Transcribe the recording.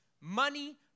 Money